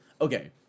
Okay